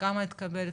כמה התקבל,